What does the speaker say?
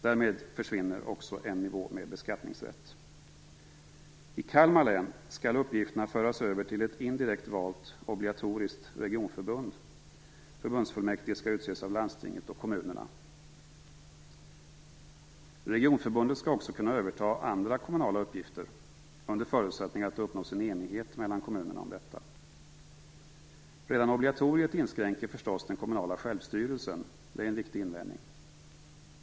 Därmed försvinner också en nivå med beskattningsrätt. I Kalmar län skall uppgifterna föras över till ett indirekt valt, obligatoriskt regionförbund. Förbundsfullmäktige skall utses av landstinget och kommunerna. Regionförbundet skall också kunna överta andra kommunala uppgifter under förutsättning att det uppnås en enighet mellan kommunerna om detta. Redan obligatoriet inskränker förstås den kommunala självstyrelsen - det är en viktig invändning.